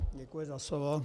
Děkuji za slovo.